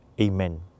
Amen